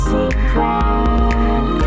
Secret